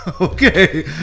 Okay